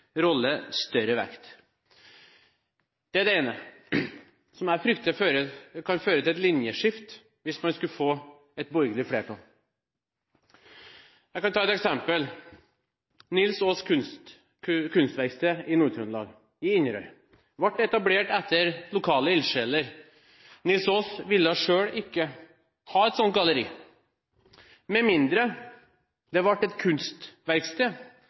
rolle større vekt. Det er det ene, som jeg frykter kan føre til et linjeskifte hvis man skulle få et borgerlig flertall. Jeg kan ta et eksempel: Nils Aas Kunstverksted i Nord-Trøndelag i Inderøy ble etablert av lokale ildsjeler. Nils Aas ville selv ikke ha et slikt galleri, med mindre det ble et kunstverksted